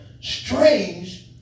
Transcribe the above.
strange